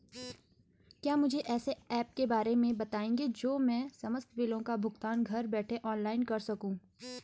क्या मुझे ऐसे ऐप के बारे में बताएँगे जो मैं समस्त बिलों का भुगतान घर बैठे ऑनलाइन कर सकूँ?